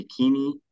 bikini